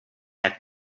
have